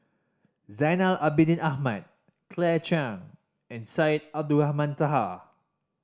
Zainal Abidin Ahmad Claire Chiang and Syed Abdulrahman Taha